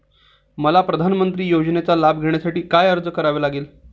मला प्रधानमंत्री योजनेचा लाभ घेण्यासाठी काय अर्ज करावा लागेल?